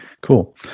Cool